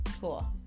Cool